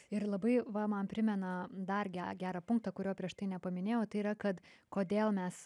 ir labai va man primena dar ge gerą punktą kurio prieš tai nepaminėjau tai yra kad kodėl mes